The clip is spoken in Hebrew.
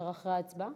אפשר אחרי ההצבעה?